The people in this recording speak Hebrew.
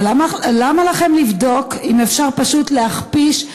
אבל למה לכם לבדוק אם אפשר פשוט להכפיש,